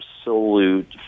absolute